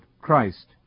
Christ